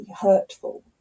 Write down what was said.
hurtful